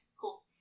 cool